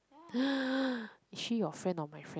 is she your friend or my friend